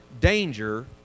danger